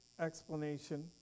explanation